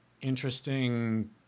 interesting